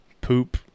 poop